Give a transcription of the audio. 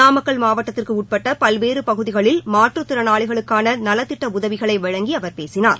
நாமக்கல் மாவட்டத்திற்கு உட்பட்ட பல்வேறு பகுதிகளில் மாற்றுத்திறனாளிகளுக்கான நலத்திட்ட உதவிகளை வழங்கி அவர் பேசினார்